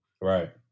Right